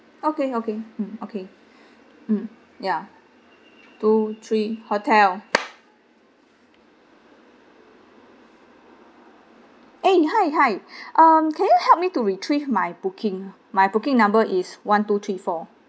okay okay hmm okay mm ya two three hotel eh hi hi um can you help me to retrieve my booking my booking number is one two three four